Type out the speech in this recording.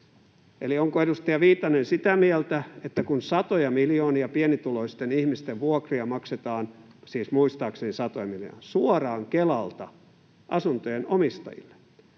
Eli onko edustaja Viitanen sitä mieltä, että kun satoja miljoonia pienituloisten ihmisten vuokria — siis muistaakseni satoja miljoonia — maksetaan suoraan Kelalta asuntojen omistajille,